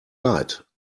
leid